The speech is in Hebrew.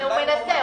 הוא מנסה.